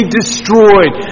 destroyed